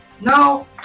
Now